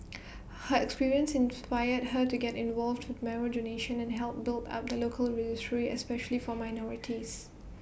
her experience inspired her to get involved marrow donation and help build up the local registry especially for minorities